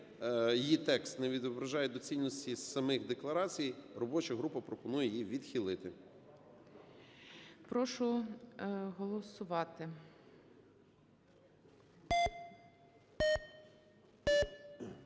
її текст не відображає доцільності самих декларацій, робоча група пропонує її відхилити.